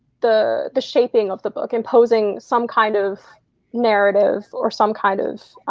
the the shaping of the book, imposing some kind of narrative or some kind of